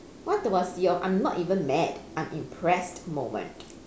what was your I'm not even mad I'm impressed moment